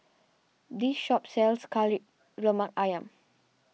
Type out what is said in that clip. this shop sells Kari Lemak Ayam